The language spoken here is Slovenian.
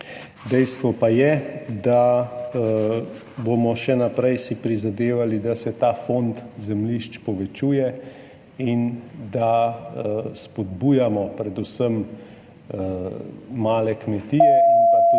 Dejstvo pa je, da si bomo še naprej prizadevali, da se ta fond zemljišč povečuje in da spodbujamo predvsem male kmetije in pa tudi